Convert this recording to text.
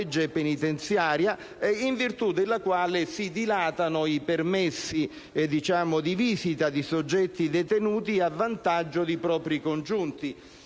legge penitenziaria, in virtù della quale si dilatano i permessi di visita di soggetti detenuti a vantaggio di propri congiunti.